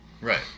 right